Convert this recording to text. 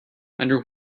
under